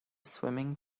swimming